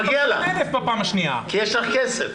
מגיע לך, כי יש לך כסף...